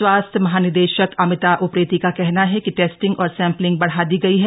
स्वास्थ्य महानिदेशक अमीता उप्रेती का कहना है कि टेस्टिंग और सैंपलिंग बढ़ा दी गई है